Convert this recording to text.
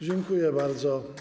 Dziękuję bardzo.